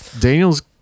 Daniel's